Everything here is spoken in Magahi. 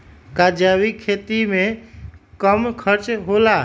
का जैविक खेती में कम खर्च होला?